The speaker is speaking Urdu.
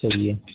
چلیے